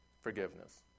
Forgiveness